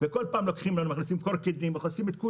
מכניסים קורקינטים וכל דבר.